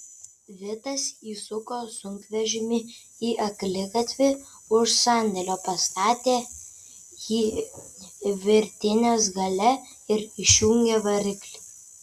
vitas įsuko sunkvežimį į akligatvį už sandėlio pastatė jį virtinės gale ir išjungė variklį